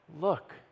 look